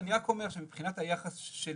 אני רק אומר שמבחינת היחס של